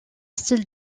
style